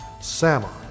Samar